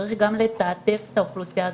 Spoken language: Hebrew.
אבל צריך גם לתעדף את האוכלוסייה הזאת,